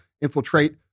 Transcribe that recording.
infiltrate